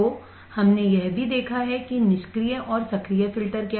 तो और हमने यह भी देखा है कि निष्क्रिय और सक्रिय फिल्टर क्या हैं